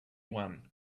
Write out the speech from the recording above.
won